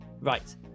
right